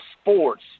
sports